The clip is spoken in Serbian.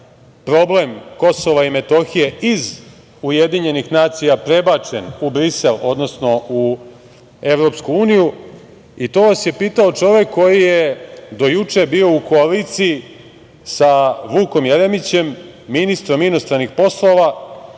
problem Kosova i Metohije iz UN prebačen u Brisel, odnosno u EU. To vas je pitao čovek koji je do juče bio u koaliciji sa Vukom Jeremićem, ministrom inostranih poslova